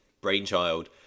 brainchild